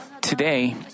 Today